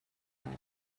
pare